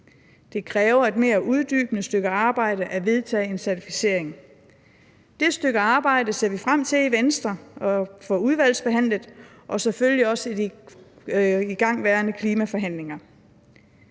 Det kræver et mere uddybende stykke arbejde at vedtage en certificering. Det stykke arbejde ser vi i Venstre frem til at få behandlet i udvalget og selvfølgelig også i de igangværende klimaforhandlinger.